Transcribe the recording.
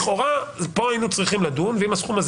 לכאורה היינו צריכים לדון ואם הסכום הזה